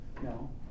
No